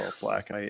black